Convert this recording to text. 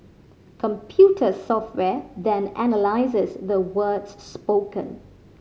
computer software then analyses the words spoken